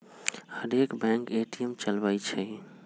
हरेक bank ATM चलबइ छइ